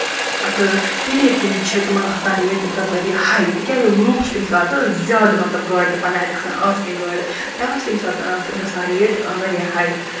تہٕ تمے کٕنۍ چھِ تِمَن آسان ریٹ تَمہِ ساتہٕ واریاہ ہاے تِکیازِ لُکھ چھِ تَمہِ ساتہٕ زیادٕ مطلب گاڈٕ دَپان نہ اَسہِ گژھن آسنہِ گاڈٕ تَوے چھِ تمہِ ساتہٕ گژھان ریٹ واریاہ ہاے